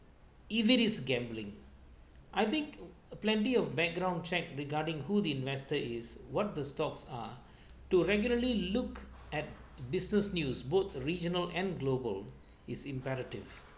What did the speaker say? if it is gambling I think a plenty of background check regarding who the investor is what the stocks are to regularly look at business news both regional and global is imperative